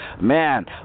Man